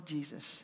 Jesus